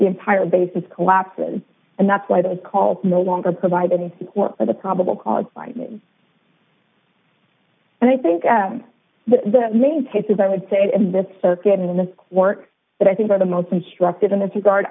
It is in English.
the entire basis collapses and that's why those calls no longer provide any support for the probable cause fight me and i think that the main cases i would say to miss getting in the work that i think are the most instructive in this regard